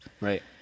Right